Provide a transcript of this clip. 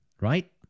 right